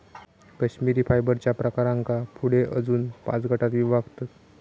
कश्मिरी फायबरच्या प्रकारांका पुढे अजून पाच गटांत विभागतत